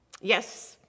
Yes